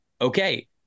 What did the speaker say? Okay